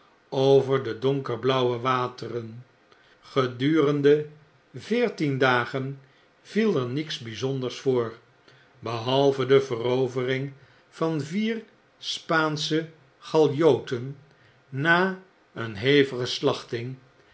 dreefover de donkerblauwe wateren gedurende veertien dagen viel er niets bijzonders voor behalve de verovering van ihm l roman van luitenant kolonel robin redforth vier spaansche galjooten na een hevige slachting